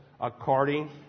according